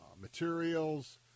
materials